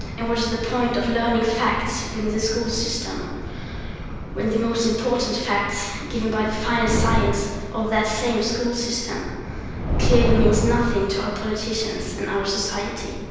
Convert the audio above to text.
and what is the point of learning facts but in the the school system when the most important facts given by the finest science of that same school system clearly means nothing to our politicians and our society.